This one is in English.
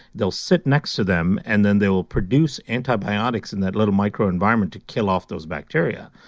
they'll sit next to them and then they'll produce antibiotics in that little microenvironment to kill off those bacteria.